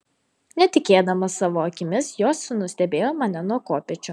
netikėdamas savo akimis jo sūnus stebėjo mane nuo kopėčių